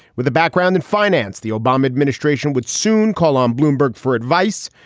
with a background in finance, the obama administration would soon call on bloomberg for advice.